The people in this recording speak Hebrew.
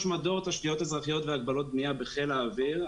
מדור תשתיות אזרחיות והגבלות בנייה בחיל האוויר.